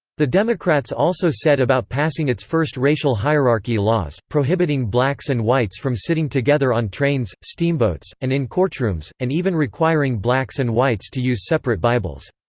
the democrats also set about passing its first racial hierarchy laws, prohibiting blacks and whites from sitting together on trains, steamboats, and in courtrooms, and even requiring blacks and whites to use separate bibles.